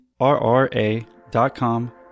RRA.com